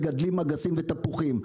מגדלים אגסים ותפוחים.